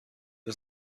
was